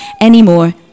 anymore